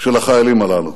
של החיילים הללו.